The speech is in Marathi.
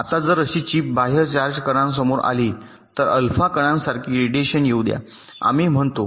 आता जर अशी चिप बाह्य चार्ज कणांसमोर आली तर अल्फा कणांसारखी रेडिएशन येऊ द्या आम्ही म्हणतो